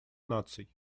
наций